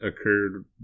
occurred